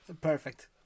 Perfect